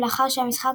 לאחר שהמשחק